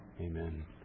Amen